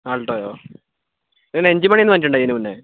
ആൾട്ടോയോ ഇതിന് എൻജിൻ പണി വന്നിട്ടുണ്ടോ ഇതിനു മുന്നെ